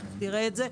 תיכף תראה את זה,